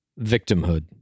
victimhood